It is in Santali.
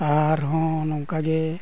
ᱟᱨᱦᱚᱸ ᱱᱚᱝᱠᱟᱜᱮ